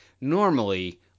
normally